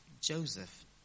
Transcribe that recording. Joseph